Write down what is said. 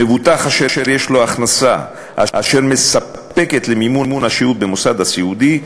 מבוטח אשר יש לו הכנסה אשר מספקת למימון השהות במוסד הסיעודי,